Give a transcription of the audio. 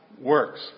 works